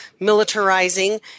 militarizing